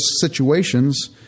situations